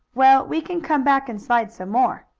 well, we can come back and slide some more.